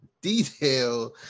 detail